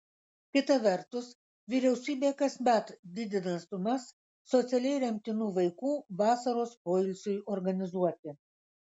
kita vertus vyriausybė kasmet didina sumas socialiai remtinų vaikų vasaros poilsiui organizuoti